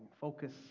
Focus